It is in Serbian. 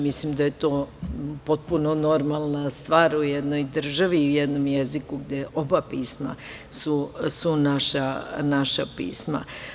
Mislim da je to potpuno normalna stvar u jednoj državi i jednom jeziku gde su oba pisma naša pisma.